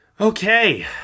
okay